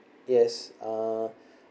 yes uh